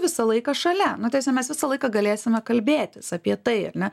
visą laiką šalia nu tiesa mes visą laiką galėsime kalbėtis apie tai ar ne